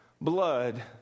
blood